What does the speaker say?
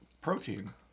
protein